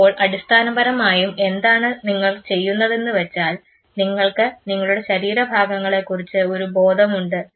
ഇപ്പോൾ അടിസ്ഥാനപരമായും എന്താണ് നിങ്ങൾ ചെയ്യുന്നതെന്നുവെച്ചാൽ നിങ്ങൾക്ക് നിങ്ങളുടെ ശരീരഭാഗങ്ങളെക്കുറിച്ച് ഒരു ബോധമുണ്ട്